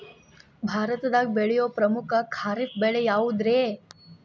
ಭಾರತದಾಗ ಬೆಳೆಯೋ ಪ್ರಮುಖ ಖಾರಿಫ್ ಬೆಳೆ ಯಾವುದ್ರೇ?